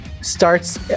starts